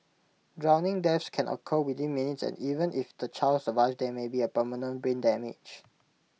drowning deaths can occur within minutes and even if the child survives there may be permanent brain damage